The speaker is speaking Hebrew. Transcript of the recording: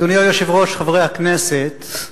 אדוני היושב-ראש, חברי הכנסת,